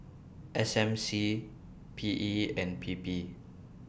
S M C P E and P P